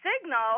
signal